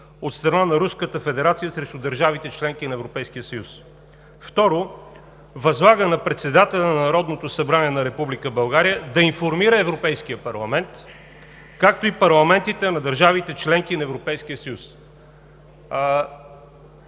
от страна на Руската федерация срещу държавите – членки на Европейският съюз. Второ, възлага на председателя на Народното събрание на Република България да информира Европейския парламент, както и парламентите на държавите – членки на Европейския съюз.“